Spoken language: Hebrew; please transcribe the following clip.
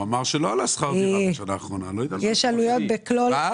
הייתה עלייה, דרך